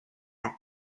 set